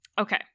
okay